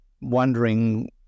wondering